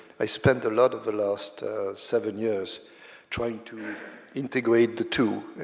i spent a lot of the last seven years trying to integrate the two.